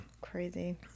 Crazy